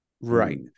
right